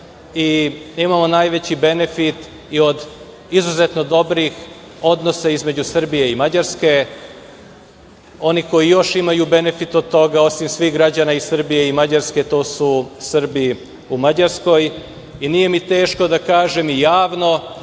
i imamo najveći benefit i od izuzetno dobrih odnosa između Srbije i Mađarske. Oni koji još imaju benefit od toga osim svih građana iz Srbije i Mađarske, to su Srbi u Mađarskoj i nije mi teško da kažem i javno,